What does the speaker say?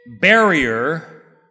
barrier